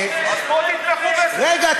אז בואו תתמכו בזה.